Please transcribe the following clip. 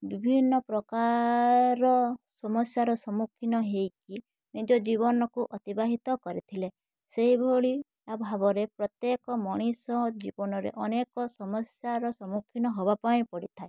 ବିଭିନ୍ନ ପ୍ରକାର ସମସ୍ୟାର ସାମ୍ମୁଖୀନ ହେଇକି ନିଜ ଜୀବନକୁ ଅତିବାହିତ କରିଥିଲେ ସେହି ଭଳିଆ ଭାବରେ ପ୍ରତ୍ୟେକ ମଣିଷ ଜୀବନରେ ଅନେକ ସମସ୍ୟାର ସାମ୍ମୁଖୀନ ହବା ପାଇଁ ପଡ଼ିଥାଏ